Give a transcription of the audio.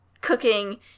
cooking –